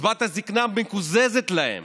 קצבת הזקנה מקוזזת להן